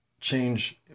change